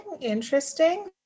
interesting